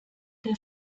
der